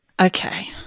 okay